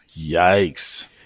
Yikes